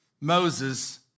Moses